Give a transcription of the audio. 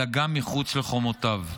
אלא גם מחוץ לחומותיו.